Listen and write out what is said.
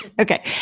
Okay